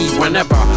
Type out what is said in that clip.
whenever